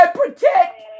protect